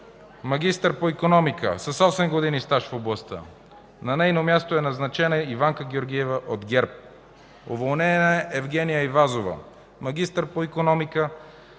магистър по икономика, с 8 години стаж в областта. На нейно място е назначена Иванка Георгиева от ГЕРБ. Уволнена е Евгения Айвазова – магистър по икономика,